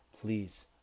please